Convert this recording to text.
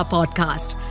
Podcast